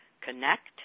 connect